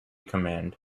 command